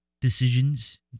decisions